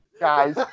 guys